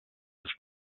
ist